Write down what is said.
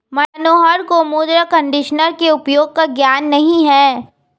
मनोहर को मृदा कंडीशनर के उपयोग का ज्ञान नहीं है